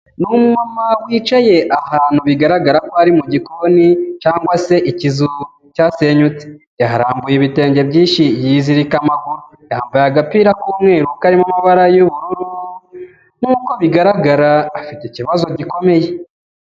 Ni umumama wicaye ahantu bigaragara ko ari mu gikoni cyangwa se ikizu cyasenyutse, yahambuye ibitenge byinshi yizirika amaguru, yambaye agapira k'umweru karimo amabara y'ubururu nk'uko bigaragara afite ikibazo gikomeye.